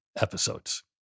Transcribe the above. episodes